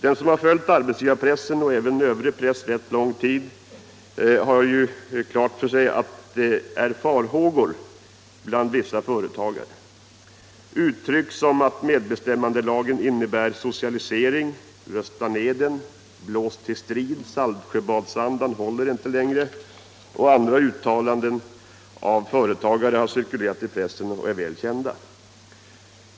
Den som har följt arbetsgivarpressen och även övrig press under rätt lång tid har klart för sig att vissa företagare hyser farhågor. Uttryck som: Medbestämmandelagen innebär socialisering, rösta ner den! Blås till strid! Saltsjöbadsandan håller inte längre! och andra uttalanden av företagare har cirkulerat i pressen och är väl kända.